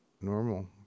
normal